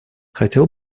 хотел